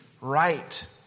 right